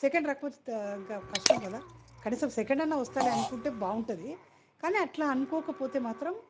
second రాకపోవచ్చు కష్టం కదా కనీసం సెకండ్ అన్నా వస్తాలే అనుకుంటే బాగుంటుంది కానీ అట్లా అనుకోకపోతే మాత్రం